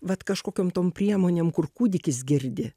vat kažkokiom tom priemonėm kur kūdikis girdi